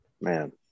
Man